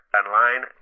online